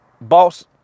boss